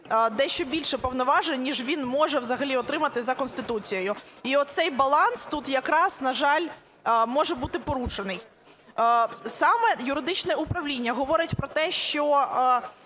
дещо більше повноважень, ніж він може взагалі отримати за Конституцією. І оцей баланс тут якраз, на жаль, може бути порушений. Саме юридичне управління говорить про те, що